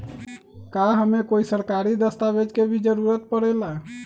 का हमे कोई सरकारी दस्तावेज के भी जरूरत परे ला?